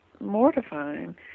mortifying